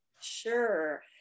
Sure